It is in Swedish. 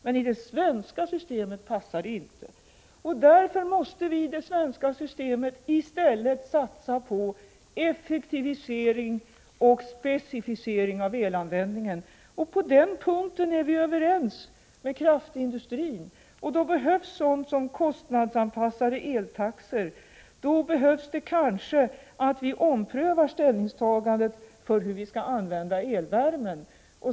Men i det svenska systemet passar det inte. Därför måste vi i det svenska systemet i stället satsa på effektivisering och specificering av elanvändningen. På den punkten är vi överens med kraftindustrin. Då behövs sådant som kostnadsanpassade eltaxor. Då behövs det kanske att vi omprövar ställningstagandet hur vi skall använda elvärmen.